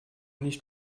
nicht